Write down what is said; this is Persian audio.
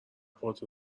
پات